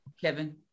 Kevin